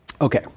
Okay